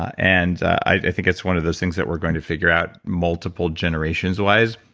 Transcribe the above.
and i think it's one of those things that we're going to figure out multiple generations wise.